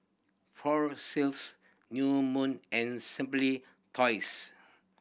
Fossils New Moon and Simply Toys